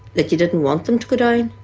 that you didn't want them to go down?